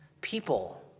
People